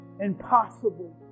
Impossible